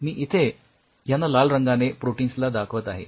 मी इथे यांना लाल रंगाने प्रोटिन्सना दर्शवित आहे